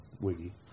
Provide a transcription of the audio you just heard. wiggy